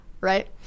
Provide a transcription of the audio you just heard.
Right